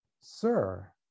Sir